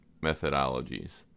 methodologies